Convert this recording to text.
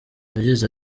yagize